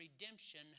redemption